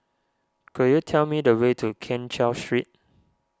could you tell me the way to Keng Cheow Street